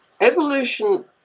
Evolution